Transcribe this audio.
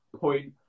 point